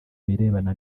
birebana